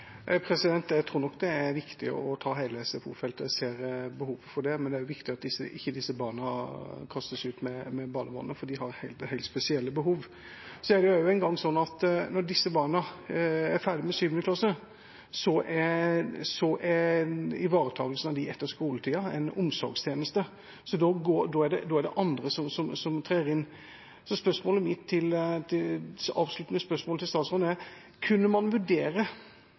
Jeg tror nok det er viktig å ta hele SFO-feltet, jeg ser et behov for det. Men det er også viktig at disse barna ikke kastes ut med badevannet, for de har helt spesielle behov. Når disse barna er ferdige med 7. klasse, er ivaretagelsen av dem etter skoletida en omsorgstjeneste. Da er det andre som trer inn. Så mitt avsluttende spørsmål til statsråden er: Kunne man